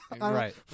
Right